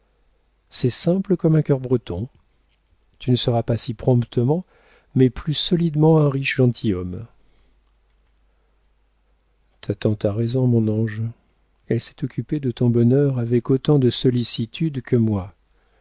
c'est simple comme un cœur breton tu ne seras pas si promptement mais plus solidement un riche gentilhomme ta tante a raison mon ange elle s'est occupée de ton bonheur avec autant de sollicitude que moi